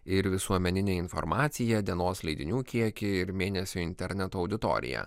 ir visuomeninę informaciją dienos leidinių kiekį ir mėnesio interneto auditoriją